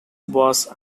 was